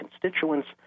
constituents